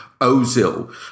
Ozil